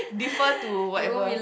differ to whatever